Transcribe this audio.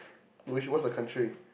what's the country